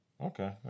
Okay